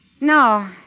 No